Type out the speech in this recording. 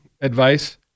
advice